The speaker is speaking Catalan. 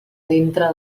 dintre